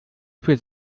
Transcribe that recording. für